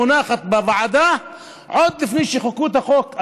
מונחת בוועדה עוד לפני שחוקקו את החוק,